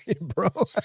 Bro